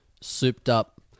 souped-up